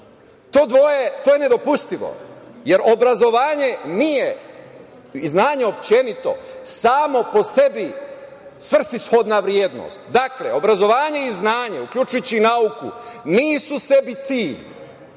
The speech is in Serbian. To je nedopustivo jer obrazovanje nije znanje uopšte, samo po sebi svrsishodna vrednost. Obrazovanje i znanje, uključujući nauku, nisu sebi cilj,